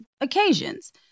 occasions